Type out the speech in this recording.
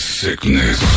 sickness